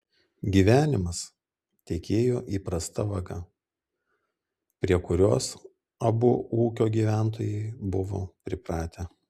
gyvenimas tekėjo įprasta vaga prie kurios abu ūkio gyventojai buvo pripratę